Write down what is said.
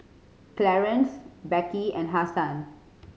Clarance Beckie and Hasan